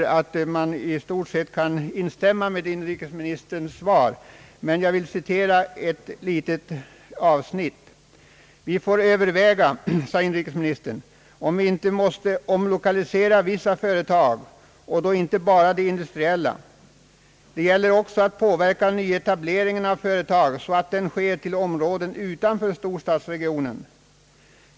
Man kan i stort sett instämma i vad inrikesministern anförde, men jag vill citera ett litet avsnitt: »Vi får överväga om vi inte måste omlokalisera vissa företag och då inte bara de industriella. Det gäller också att påverka nyetableringen av företag, så att den sker till områden utanför storstadsregionen.